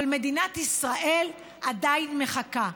אבל מדינת ישראל עדיין מחכה,